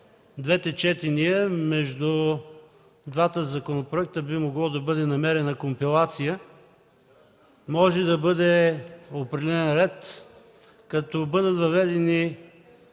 двете четения между двата законопроекта би могла да бъде намерена компилация. Може да бъде определен ред, като бъдат въведени